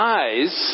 eyes